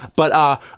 but, ah,